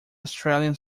australian